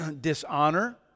dishonor